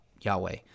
Yahweh